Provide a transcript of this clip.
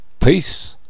peace